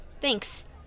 Thanks